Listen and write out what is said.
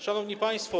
Szanowni Państwo!